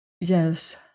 Yes